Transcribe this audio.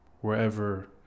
wherever